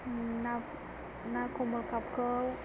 ना खमलखातखौ